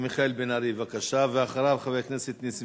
חבר הכנסת מיכאל בן-ארי,